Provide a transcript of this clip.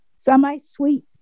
semi-sweet